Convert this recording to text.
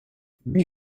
huit